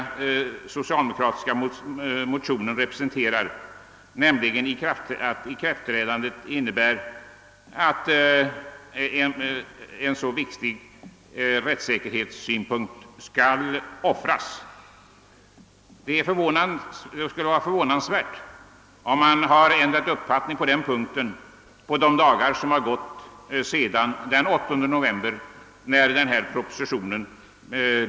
Den socialdemokratiska motionen syftar nämligen till att offra en viktig rättssäkerhetssynpunkt. Det skulle vara förvånande om man under de dagar som gått sedan denna proposition framlades i riksdagen den 8 november ändrat uppfattning.